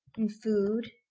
in food,